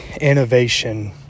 innovation